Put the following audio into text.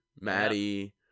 Maddie